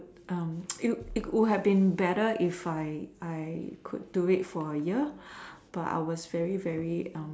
it it would have been better if I I could do it for a year but I was very very